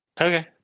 Okay